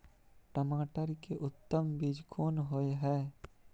टमाटर के उत्तम बीज कोन होय है?